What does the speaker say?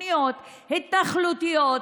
תוכניות התנחלותיות,